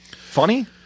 Funny